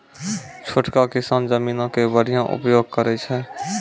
छोटका किसान जमीनो के बढ़िया उपयोग करै छै